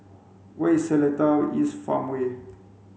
where is Seletar East Farmway